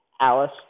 Alice